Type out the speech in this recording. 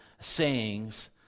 sayings